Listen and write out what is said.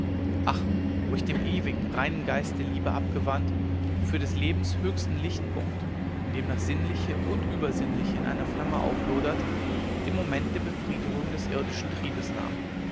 ach wo ich dem ewigen reinen geist der liebe abgewandt für des lebens höchsten lichtpunkt in dem das sinnliche und übersinnliche in einer flamme auflodert den moment der befriedigung des irdischen triebes nahm